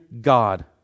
God